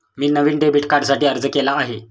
मी नवीन डेबिट कार्डसाठी अर्ज केला आहे